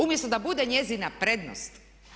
Umjesto da bude njezina prednost.